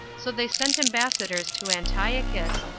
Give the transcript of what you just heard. so they sent ambassadors to antiochus,